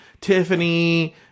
Tiffany